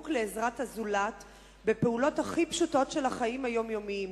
לעזרת הזולת בפעולות הכי פשוטות של החיים היומיומיים: